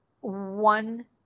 one